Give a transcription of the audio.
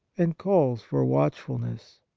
and calls for watchfulness.